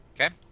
Okay